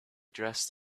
dressed